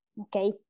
okay